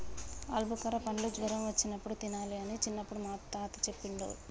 ఆల్బుకార పండ్లు జ్వరం వచ్చినప్పుడు తినాలి అని చిన్నపుడు మా తాత చెప్పేటోడు